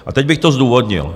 A teď bych to zdůvodnil.